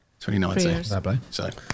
2019